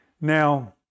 Now